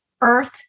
earth